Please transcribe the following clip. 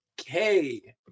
Okay